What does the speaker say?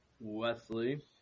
Wesley